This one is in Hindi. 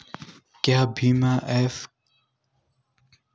क्या बीमा के लिए भी ऑनलाइन आवेदन किया जा सकता है?